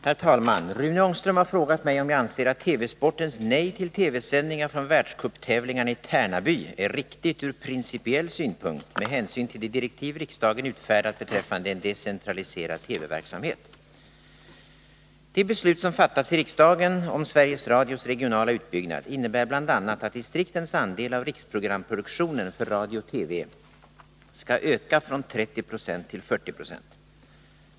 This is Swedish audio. Herr talman! Rune Ångström har frågat mig om jag anser att TV-sportens nej till TV-sändningar från världscuptävlingarna i Tärnaby är riktigt ur pricipiell synpunkt med hänsyn till de direktiv riksdagen utfärdat beträffande en decentraliserad TV-verksamhet. De beslut som fattats i riksdagen om Sveriges Radios regionala utbyggnad innebär bl.a. att distriktens andel av riksprogramproduktionen för radio och TV skall öka från 30 9? till 40 96.